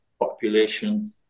population